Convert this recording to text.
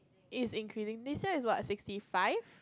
is increasing this year is what sixty five